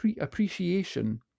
appreciation